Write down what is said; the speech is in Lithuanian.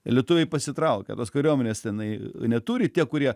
lietuviai pasitraukia tos kariuomenės tenai neturi tie kurie